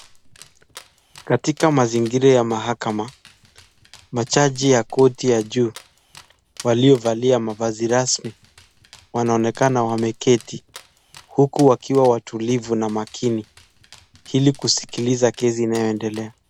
Katika mazingira ya mahakama majaji ya koti ya juu waliovalia mavazi rasmi wanaonekana wameketi huku wakitulia kwa makini ili kusikiliza kesi inayoendelea.